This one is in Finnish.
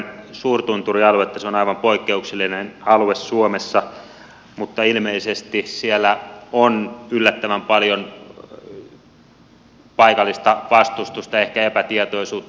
se on aivan poikkeuksellinen alue suomessa mutta ilmeisesti siellä on yllättävän paljon paikallista vastustusta ehkä epätietoisuutta